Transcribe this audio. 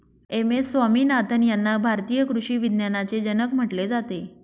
M S Swaminathan यांना भारतीय कृषी विज्ञानाचे जनक म्हटले जाते